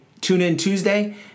TuneInTuesday